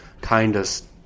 kindest